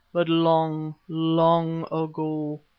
but long, long ago.